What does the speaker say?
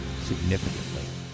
significantly